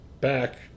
back